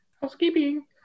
Housekeeping